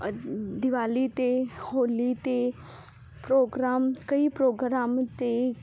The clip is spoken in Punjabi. ਦੀਵਾਲੀ ਤੇ ਹੋਲੀ ਤੇ ਪ੍ਰੋਗਰਾਮ ਕਈ ਪ੍ਰੋਗਰਾਮ ਤੇ